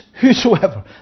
Whosoever